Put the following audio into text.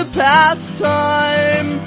pastime